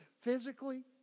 physically